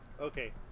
okay